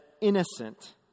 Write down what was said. innocent